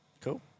cool